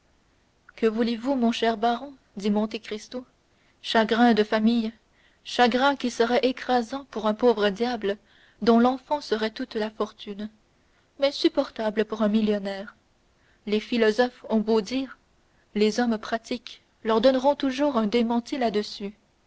que voulez-vous mon cher baron dit monte cristo chagrins de famille chagrins qui seraient écrasants pour un pauvre diable dont l'enfant serait toute la fortune mais supportables pour un millionnaire les philosophes ont beau dire les hommes pratiques leur donneront toujours un démenti